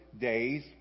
days